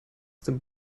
dem